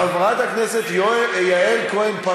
חברת הכנסת יעל כהן-פארן,